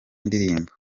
ndirimbo